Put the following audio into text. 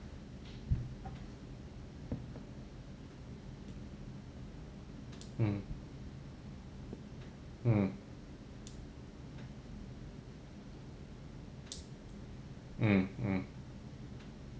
mm mm mm mm